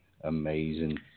amazing